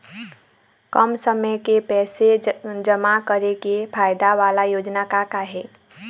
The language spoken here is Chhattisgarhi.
कम समय के पैसे जमा करे के फायदा वाला योजना का का हे?